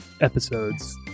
episodes